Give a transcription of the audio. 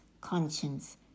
conscience